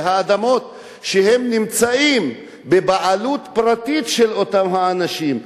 האדמות שהן בבעלות פרטית של אותם האנשים,